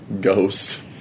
ghost